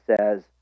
says